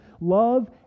love